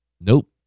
Nope